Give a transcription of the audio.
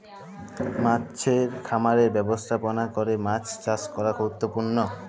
মাছের খামারের ব্যবস্থাপলা ক্যরে মাছ চাষ ক্যরা গুরুত্তপুর্ল